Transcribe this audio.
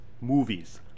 movies